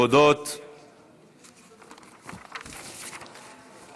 הצעת חוק סדר הדין הפלילי (תיקון מס' 86),